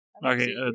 Okay